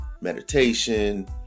Meditation